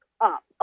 up